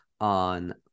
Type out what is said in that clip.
on